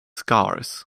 scars